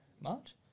March